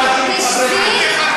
אל תחלקי לנו הוראות.